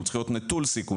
הוא צריך להיות נטול סיכונים.